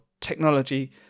technology